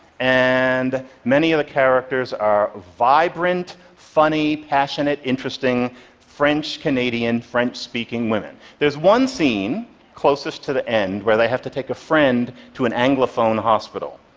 and many of the characters are vibrant, funny, passionate, interesting french-canadian, french-speaking women. there's one scene closest to the end, where they have to take a friend to an anglophone hospital.